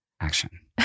Action